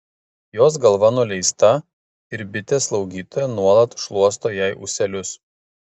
jos galva nuleista ir bitė slaugytoja nuolat šluosto jai ūselius